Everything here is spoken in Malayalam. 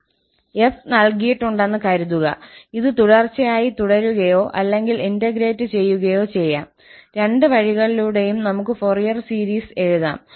𝑓 നൽകിയിട്ടുണ്ടെന്ന് കരുതുക ഇത് തുടർച്ചയായി തുടരുകയോ അല്ലെങ്കിൽ ഇന്റഗ്രേറ്റ് ചെയ്യുകയോ ചെയ്യാം രണ്ട് വഴികളിലൂടെയും നമുക്ക് ഫൊറിയർ സീരീസ് എഴുതാം